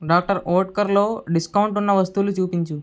doctor ఓట్కర్లో discount ఉన్న వస్తువులు చూపించు